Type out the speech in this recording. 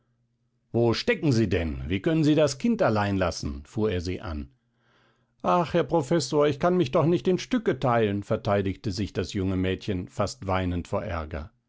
wo stecken sie denn wie können sie das kind allein lassen fuhr er sie an ach herr professor ich kann mich doch nicht in stücke teilen verteidigte sich das junge mädchen fast weinend vor aerger